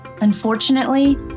Unfortunately